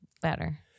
better